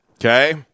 Okay